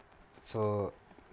so